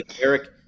Eric